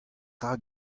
rak